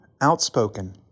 outspoken